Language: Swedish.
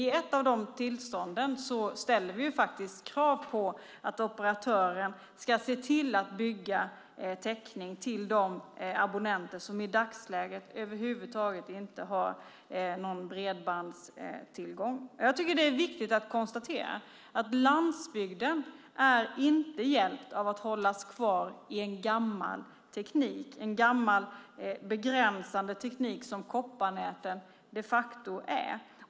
I ett av dessa tillstånd ställer vi krav på att operatören ska se till att bygga täckning till de abonnenter som i dagsläget över huvud taget inte har någon bredbandstillgång. Jag tycker att det är viktigt att konstatera att landsbygden inte är hjälpt av att hållas kvar i en gammal teknik - en gammal begränsande teknik som kopparnäten de facto är.